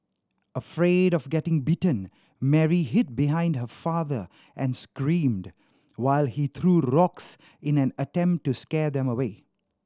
afraid of getting bitten Mary hid behind her father and screamed while he threw rocks in an attempt to scare them away